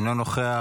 אינו נוכח.